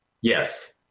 Yes